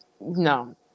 no